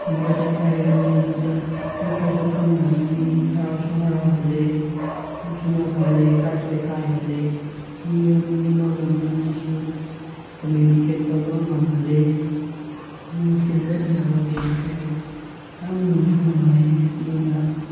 ꯁꯥꯟꯅꯕ ꯆꯠꯁꯦ ꯍꯥꯏꯒꯅꯤ ꯑꯗꯨꯗ ꯃꯤ ꯈꯔꯁꯨ ꯈꯪꯅꯒꯅꯤ ꯍꯔꯥꯎꯁꯨ ꯍꯔꯥꯎꯍꯜꯂꯦ ꯅꯣꯛꯁꯨ ꯅꯣꯛꯍꯜꯂꯦ ꯏꯀꯥꯏꯁꯨ ꯏꯀꯥꯏꯍꯜꯂꯦ ꯃꯤꯒ ꯃꯤ ꯑꯃꯒ ꯃꯤ ꯑꯃꯁꯨ ꯀꯃ꯭ꯌꯨꯅꯤꯀꯦꯠ ꯇꯧꯕ ꯉꯝꯍꯜꯂꯦ ꯑꯗꯨꯅ ꯐꯤꯜꯗ ꯁꯥꯟꯅꯕ ꯒꯦꯝꯁꯦ ꯌꯥꯝ ꯅꯨꯡꯁꯨ ꯅꯨꯡꯉꯥꯏꯌꯦ ꯑꯗꯨꯅ